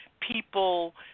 people